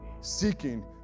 seeking